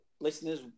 listeners